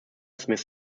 smiths